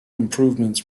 improvements